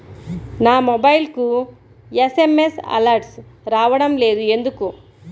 నా మొబైల్కు SMS alerts రావడం లేదు ఎందుకు?